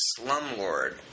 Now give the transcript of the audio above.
slumlord